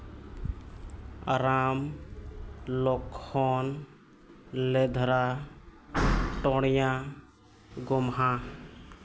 ᱨᱟᱢ ᱞᱚᱠᱷᱚᱱ ᱞᱮᱫᱽᱨᱟ ᱴᱚᱬᱭᱟ ᱜᱚᱢᱦᱟ